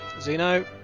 Zeno